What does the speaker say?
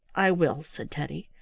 i will, said teddy.